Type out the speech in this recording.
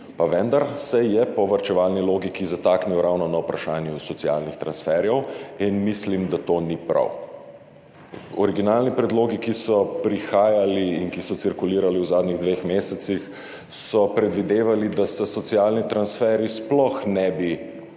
pa vendar se je po varčevalni logiki zataknilo ravno pri vprašanju socialnih transferjev in mislim, da to ni prav. Originalni predlogi, ki so prihajali in ki so cirkulirali v zadnjih dveh mesecih, so predvidevali, da se socialni transferji sploh ne bi usklajevali